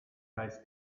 heißt